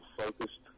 focused